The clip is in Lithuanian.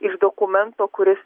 iš dokumento kuris